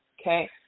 okay